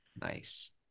Nice